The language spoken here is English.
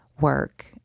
work